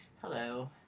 hello